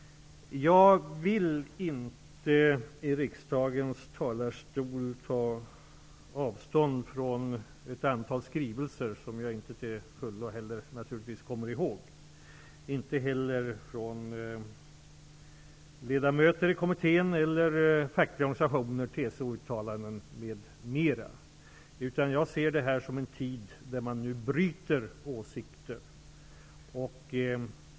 Jag vill inte i riksdagens talarstol ta avstånd från ett antal skrivelser som jag inte till fullo kommer ihåg. Jag vill inte ta avstånd från ledamöter i kommittén eller från fackliga organisationers, t.ex. TCO:s, uttalanden m.m. Jag ser det här mera som en tid där man bryter åsikter.